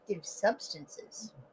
substances